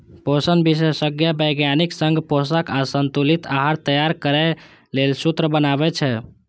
पोषण विशेषज्ञ वैज्ञानिक संग पोषक आ संतुलित आहार तैयार करै लेल सूत्र बनाबै छै